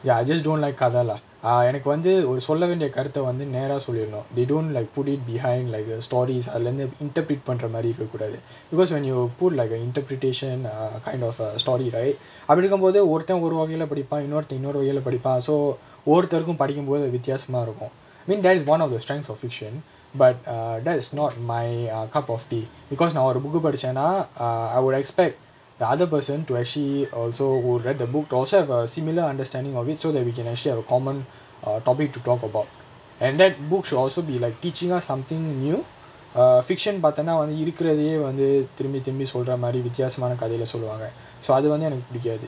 ya I just don't like கத:katha lah err எனக்கு வந்து ஒரு சொல்ல வேண்டிய கருத்த வந்து நேரா சொல்லிறனும்:enakku vanthu oru solla vendiya karutha vanthu nera solliranum they don't like put it behind like err stories அதுல இந்த:athula intha interpret பண்ற மாரி இருக்கக்கூடாது:pandra maari irukkakoodaathu because when you put like a interpretation err kind of ah story right அப்டி இருக்கும்போது ஒருத்த ஒரு வகைல படிப்பா இன்னொருத்த இன்னொரு வகைல படிப்பா:apdi irukkumpothu orutha oru vagaila padippaa innorutha innoru vagaila padippaa so ஒருத்தருக்கு படிக்கும்போது வித்தியாசமா இருக்கு:orutharukku padikkumpothu vithiyaasamaa irukku I mean that's one of the strengths of fiction but err that's not my err cup of tea because நா ஒரு:naa oru book uh படிச்சேனா:padichaenaa err I would expect the other person to actually also who read the book also have a similar understanding of make sure we can actually have a common uh topic to talk about and that book should also be like teach us something new err fiction பாதோனா வந்து இருக்குறதே வந்து திரும்பி திரும்பி சொல்ற மாரி வித்தியாசமான கதைல சொல்லுவாங்க:paathonaa vanthu irukkurathae vanthu thirumbi thirumbi solra maari vithiyaasamaana kathaila solluvaanga so அது வந்து எனக்கு புடிக்காது:athu vanthu enakku pudikaathu